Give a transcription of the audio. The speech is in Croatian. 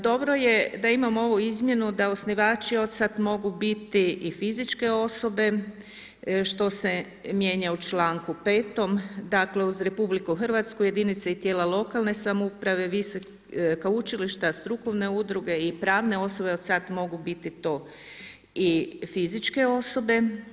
Dobro je da imam ovu izmjenu da osnivači od sad mogu biti i fizičke osobe, što se mijenja u člankom 5. Dakle, uz RH jedinice i tijela lokalne samouprave, visoka učilišta, strukovne udruge i pravne osobe, od sad mogu biti to i fizičke osobe.